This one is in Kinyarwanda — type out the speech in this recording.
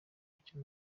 gutyo